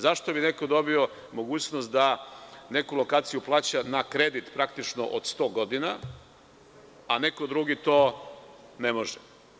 Zašto bi neko dobio mogućnost da neku lokaciju plaća na kredit, praktično, od 100 godina, a neko drugi to ne može?